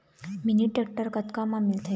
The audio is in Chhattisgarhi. मिनी टेक्टर कतक म मिलथे?